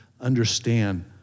understand